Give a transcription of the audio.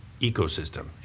ecosystem